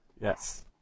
Yes